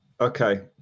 Okay